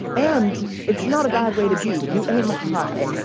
and it's not a bad way to be. you aim high.